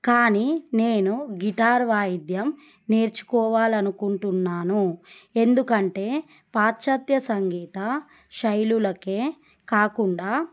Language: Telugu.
కానీ నేను గిటార్ వాయిద్యం నేర్చుకోవాలనుకుంటున్నాను ఎందుకంటే పాశ్చాత్య సంగీత శైలులకే కాకుండా